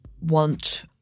want